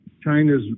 China's